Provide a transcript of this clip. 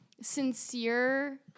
sincere